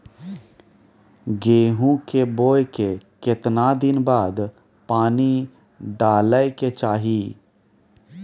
गेहूं के बोय के केतना दिन बाद पानी डालय के चाही?